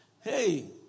hey